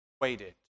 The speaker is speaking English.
waited